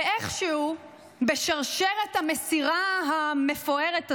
ואיכשהו בשרשרת המסירה המפוארת הזאת,